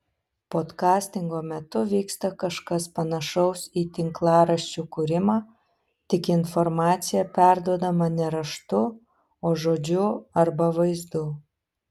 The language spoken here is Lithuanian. podkastingo metu vyksta kažkas panašaus į tinklaraščių kūrimą tik informacija perduodama ne raštu o žodžiu arba vaizdu